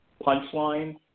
punchline